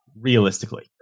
realistically